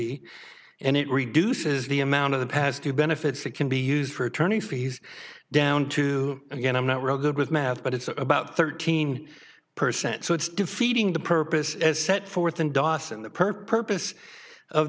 beefy and it reduces the amount of the past due benefits that can be used for attorney fees down to again i'm not real good with math but it's about thirteen percent so it's defeating the purpose as set forth in dawson the purpose of